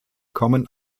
kommen